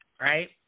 Right